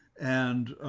and,